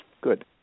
Good